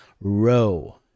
row